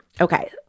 Okay